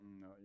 No